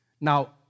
Now